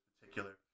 particular